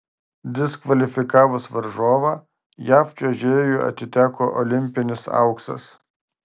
diskvalifikavus varžovą jav čiuožėjui atiteko olimpinis auksas